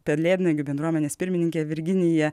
pelėdnagių bendruomenės pirmininkė virginija